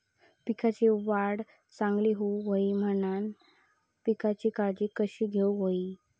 पिकाची वाढ चांगली होऊक होई म्हणान पिकाची काळजी कशी घेऊक होई?